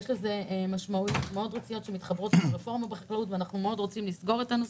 יש לזה משמעות --- ואנחנו מאוד רוצים לסגור את הנושא.